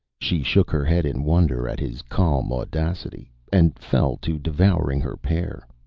she shook her head in wonder at his calm audacity, and fell to devouring her pear.